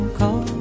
call